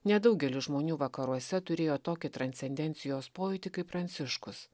nedaugelis žmonių vakaruose turėjo tokį transcendencijos pojūtį kaip pranciškus